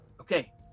Okay